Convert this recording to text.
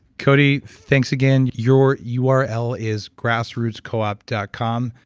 cody, thanks again. your your url is grassrootscoop ah dot com,